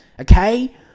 okay